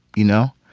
you know?